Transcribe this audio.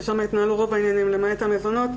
ששם התנהלו רוב העניינים למעט המזונות.